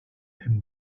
him